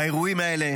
האירועים האלה